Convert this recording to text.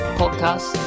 podcast